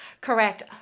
correct